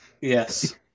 Yes